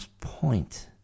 point